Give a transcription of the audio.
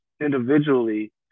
individually